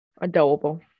Adorable